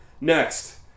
Next